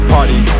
Party